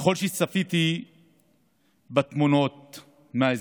ככל שצפיתי בתמונות מהזירה.